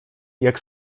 jak